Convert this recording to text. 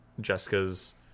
Jessica's